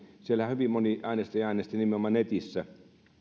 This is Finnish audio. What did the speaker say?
siellä hyvin moni äänesti äänesti nimenomaan netissä